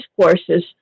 courses